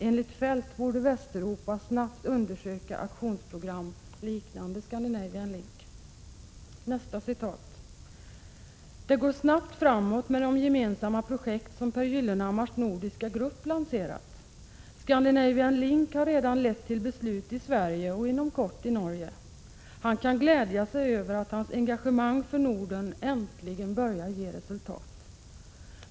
Enligt Feldt borde Västeuropa snabbt undersöka aktionsprogram liknande Scandinavian Link. 2. Det går snabbt framåt med de gemensamma projekt som Pehr Gyllenhammars nordiska grupp lanserat. Scandinavian Link har redan lett till beslut i Sverige och inom kort i Norge. --- Han kan glädja sig över att hans engagemang för Norden äntligen börjar ge resultat.